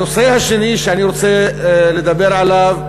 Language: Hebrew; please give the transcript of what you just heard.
הנושא השני שאני רוצה לדבר עליו: